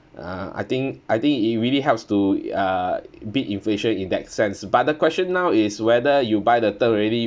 uh I think I think it really helps to uh beat inflation in that sense but the question now is whether you buy the term already